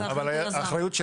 אבל האחריות של היזם.